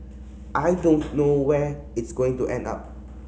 I don't know where it's going to end up